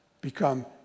become